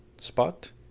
Spot